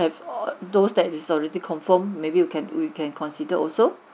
have those that already confirmed maybe we can we can consider also